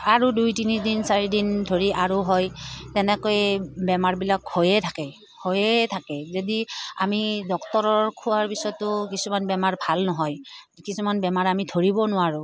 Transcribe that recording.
আৰু দুই তিনিদিন চাৰিদিন ধৰি আৰু হয় তেনেকৈয়ে বেমাৰবিলাক হৈয়ে থাকে হৈয়ে থাকে যদি আমি ডাক্তৰৰ খোৱাৰ পিছতো কিছুমান বেমাৰ ভাল নহয় কিছুমান বেমাৰ আমি ধৰিব নোৱাৰোঁ